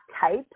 type